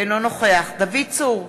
אינו נוכח דוד צור,